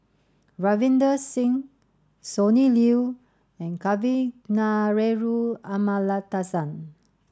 Ravinder Singh Sonny Liew and Kavignareru Amallathasan